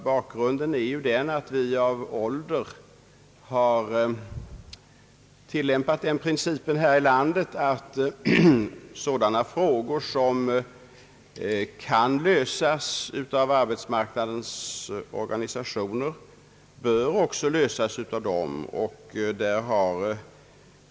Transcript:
Bakgrunden är ju att vi av ålder har tilllämpat den principen här i landet att sådana frågor som kan lösas av arbetsmarknadens organisationer också bör lösas av dem.